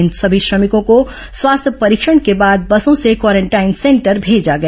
इन सभी श्रमिकों को स्वास्थ्य परीक्षण के बाद बसों से क्वारेंटाइन सेंटर भेजा गया